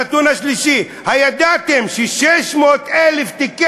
הנתון השלישי: הידעתם ש-600,000 תיקי